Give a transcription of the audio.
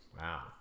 Wow